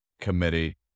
committee